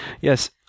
Yes